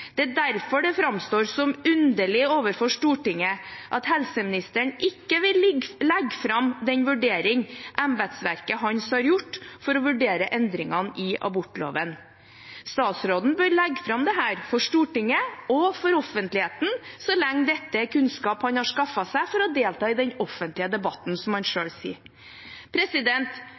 Det er derfor det framstår som underlig overfor Stortinget at helseministeren ikke vil legge fram den vurderingen embetsverket hans har gjort når det gjelder endringene i abortloven. Statsråden bør legge fram dette for Stortinget og for offentligheten, så lenge dette er kunnskap han har skaffet seg for å delta i den offentlige debatten, som han selv sier.